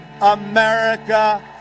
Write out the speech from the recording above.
America